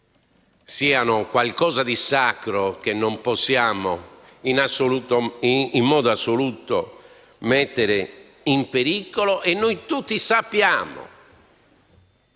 siano qualcosa di sacro che non possiamo in modo assoluto mettere in pericolo. Noi tutti sappiamo